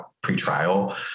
pre-trial